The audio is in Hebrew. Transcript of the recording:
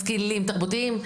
משכילים ותרבותיים.